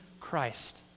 Christ